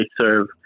serve